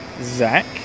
Zach